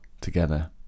together